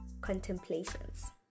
Contemplations